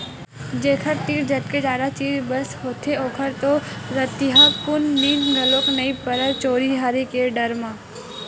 जेखर तीर जतके जादा चीज बस होथे ओखर तो रतिहाकुन नींद घलोक नइ परय चोरी हारी के डर म